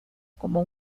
como